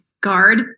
guard